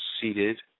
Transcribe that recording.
seated